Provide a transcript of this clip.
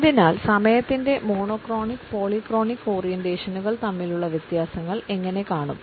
അതിനാൽ സമയത്തിന്റെ monochronic polychronic ഓറിയന്റേഷനുകൾ തമ്മിലുള്ള വ്യത്യാസങ്ങൾ എങ്ങനെ കാണും